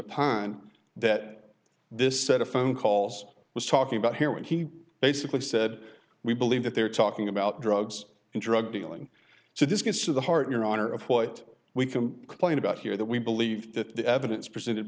upon that this set of phone calls was talking about here when he basically said we believe that they're talking about drugs and drug dealing so this gets to the heart your honor of what we can complain about here that we believe that the evidence presented